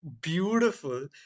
beautiful